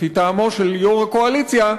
לפי טעמו של יו"ר הקואליציה,